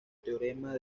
teorema